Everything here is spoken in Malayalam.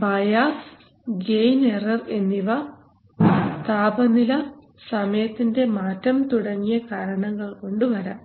ബയാസ് ഗെയിൻ എറർ എന്നിവ താപനില സമയത്തിൻറെ മാറ്റം തുടങ്ങിയ കാരണങ്ങൾ കൊണ്ട് വരാം